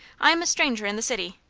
i am a stranger in the city.